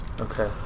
Okay